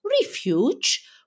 refuge